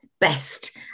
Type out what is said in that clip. best